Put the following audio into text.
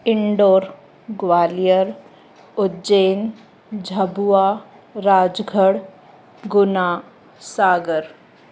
Indore Gwalior Ujjain Jhabua Rajgarh Guna Sagar